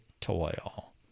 toil